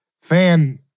fan